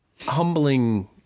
humbling